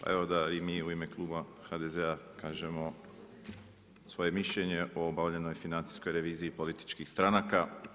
Evo da i mi u ime Kluba HDZ-a kažemo svoje mišljenje o obavljanoj financijskoj reviziji političkih stranaka.